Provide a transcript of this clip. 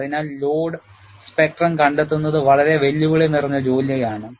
അതിനാൽ load spectrum കണ്ടെത്തുന്നത് വളരെ വെല്ലുവിളി നിറഞ്ഞ ജോലി ആണ്